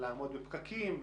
לעמוד בפקקים.